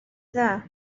dda